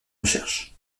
recherche